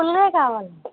చిన్నవి కావాలి